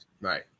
Right